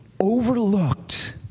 overlooked